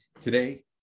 today